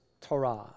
Torah